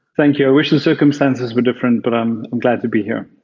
thank you. i wish the circumstances were different, but i'm glad to be here.